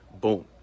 Boom